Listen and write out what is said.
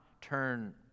turn